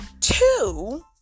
two